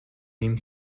نیم